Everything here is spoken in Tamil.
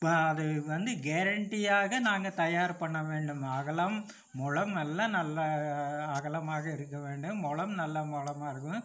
அது வந்து கேரண்டியாக நாங்கள் தயார் பண்ண வேண்டும் அகலம் முலம் எல்லா நல்லா அகலமாக இருக்க வேண்டும் முலம் நல்ல முலமா இருக்கணும்